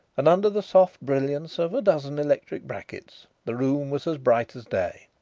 and under the soft brilliance of a dozen electric brackets the room was as bright as day.